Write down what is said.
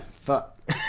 Fuck